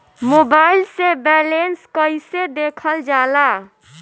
Mobile से balance कइसे देखल जाला?